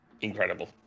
incredible